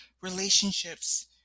relationships